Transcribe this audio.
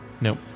Nope